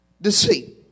deceit